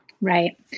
right